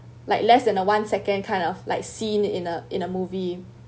like less than a one second kind of like seen in a in a movie